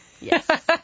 Yes